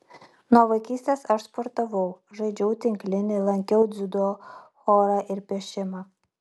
nuo vaikystės aš sportavau žaidžiau tinklinį lankiau dziudo chorą ir piešimą